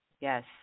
Yes